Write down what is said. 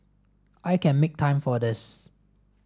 I can make time for this